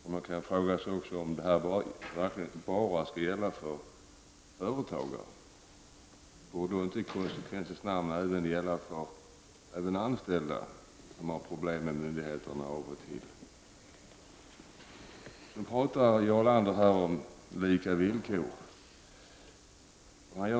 Man kan fråga sig om detta bara skall gälla för egenföretagare. Borde det inte i konsekvensen namn även gälla för anställda som har problem med myndigheterna av och till? Jarl Lander talar här om lika villkor.